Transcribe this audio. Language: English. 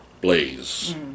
Blaze